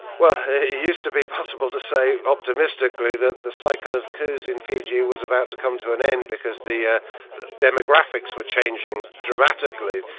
well it used to be possible to say optimistically that the cycle of coups in fiji was about to come to an end, because the ah the demographics were changing dramatically.